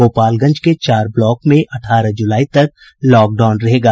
गोपालगंज के चार ब्लॉक में अठारह जुलाई तक लॉकडाउन रहेगा